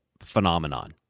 phenomenon